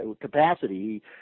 capacity